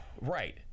Right